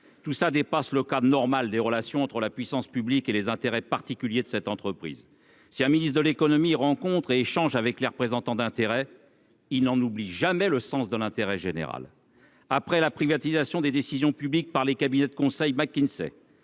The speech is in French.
Tout cela dépasse le cadre normal des relations entre la puissance publique et les intérêts particuliers de cette entreprise. Si un ministre de l'économie rencontre et échange avec les représentants d'intérêts privés, il n'en oublie jamais le sens de l'intérêt général. Après la privatisation des décisions publiques par les cabinets de conseil McKinsey,